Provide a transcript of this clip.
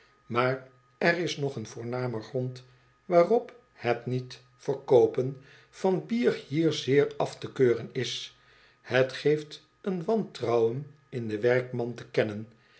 maar er is nog een voornamer grond waarop het niet verkoopen van bier hier zeer af te keuren is het geeft een wantrouwen in den werkman te kennen